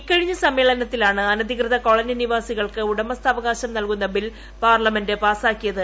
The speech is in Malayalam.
ഇക്കഴിഞ്ഞ സമ്മേളനത്തിലാണ് അനധികൃത കോളനി നിവാസികൾക്ക് ഉടമസ്ഥാവകാശം നൽകുന്ന ബിൽ പാർലമെന്റ് പാസ്റ്റാക്കിയത്